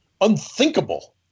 unthinkable